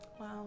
Wow